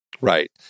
right